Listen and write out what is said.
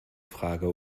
frage